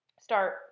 start